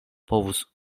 povus